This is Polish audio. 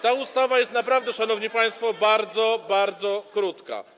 Ta ustawa jest naprawdę, szanowni państwo, bardzo, bardzo krótka.